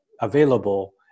available